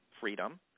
freedom